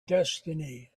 destiny